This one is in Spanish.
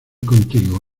contigo